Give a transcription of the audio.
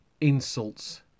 insults